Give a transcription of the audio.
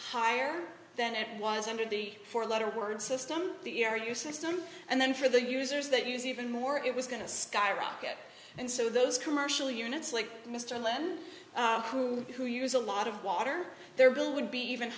higher than it was under the four letter word system the air you system and then for the users that use even more it was going to skyrocket and so those commercial units like mr lemon who who use a lot of water their bill would be even